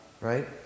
right